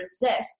resist